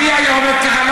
אם ערבי היה עומד ככה,